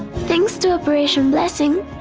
thanks to operation blessing,